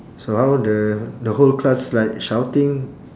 so how the the whole class like shouting